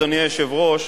אדוני היושב-ראש,